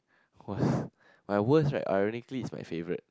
worst my worst right ironically is my favourite